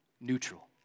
neutral